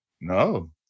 No